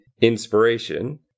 inspiration